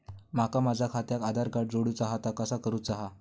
माका माझा खात्याक आधार कार्ड जोडूचा हा ता कसा करुचा हा?